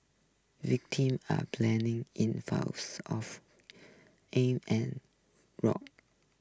victim are planing in of aim and rock